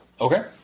Okay